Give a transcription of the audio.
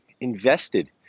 invested